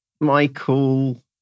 Michael